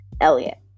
Elliot